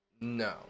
No